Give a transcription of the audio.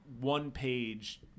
one-page